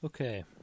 Okay